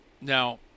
Now